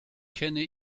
kenne